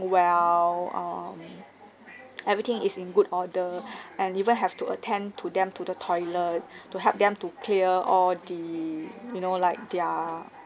well err everything is in good order and even have to attend to them to the toilet to help them to clear all the you know like their